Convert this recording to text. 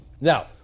Now